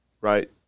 right